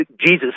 Jesus